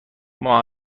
ماه